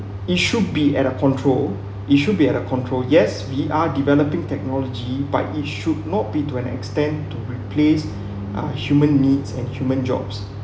it should be at a control it should be at a control yes we are developing technology but it should not be to an extent to replace uh human needs and human jobs